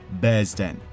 Bearsden